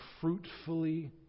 fruitfully